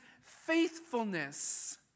faithfulness